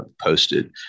posted